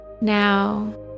Now